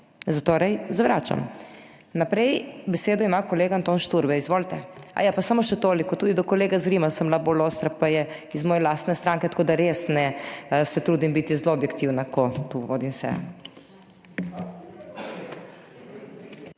zatorej zavračam. Naprej. Besedo ima kolega Anton Šturbej, izvolite. Ja, pa samo še toliko, tudi do kolega Zrima sem bila bolj ostra, pa je iz moje lastne stranke, tako da res ne, se trudim biti zelo objektivna, ko to vodim sejo.